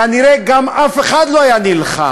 כנראה גם אף אחד לא היה נלחם.